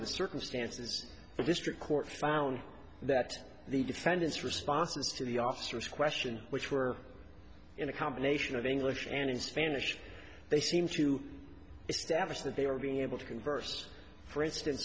the circumstances the district court found that the defendant's responses to the officers question which were in a combination of english and in spanish they seemed to establish that they were being able to converse for instance